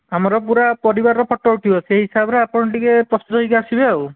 ଆମର ପୁରା ପରିବାରର ଫଟୋ ଉଠିବ ସେହି ହିସାବରେ ଆପଣ ଟିକିଏ ପ୍ରସ୍ତୁତ ହୋଇକି ଆସିବେ ଆଉ